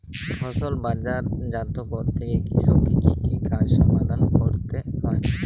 ফসল বাজারজাত করতে গিয়ে কৃষককে কি কি কাজ সম্পাদন করতে হয়?